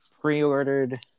pre-ordered